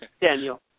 Daniel